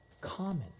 Common